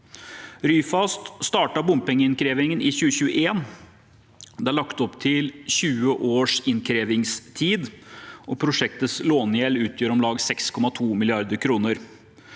Ryfast startet bompengeinnkrevingen i 2021. Det er lagt opp til 20 års innkrevingstid, og prosjektets lånegjeld utgjør om lag 6,2 mrd. kr.